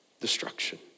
Destruction